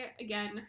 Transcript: again